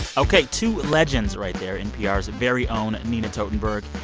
ok. two legends right there. npr's very own nina totenberg,